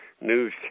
news